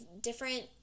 different